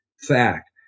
fact